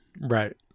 Right